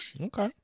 okay